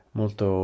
molto